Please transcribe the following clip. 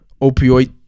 opioid